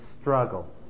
struggle